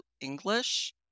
English